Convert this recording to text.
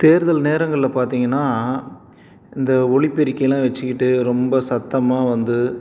தேர்தல் நேரங்கள்ல பார்த்தீங்கன்னா இந்த ஒலிப்பெருக்கியெலாம் வச்சிக்கிட்டு ரொம்ப சத்தமாக வந்து